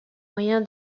moyen